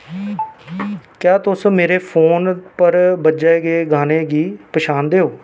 क्या तुस मेरे फोन पर बज्जे गे गाने गी पंछानदे ओ